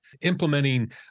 implementing